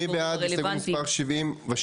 מי בעד הסתייגות 72?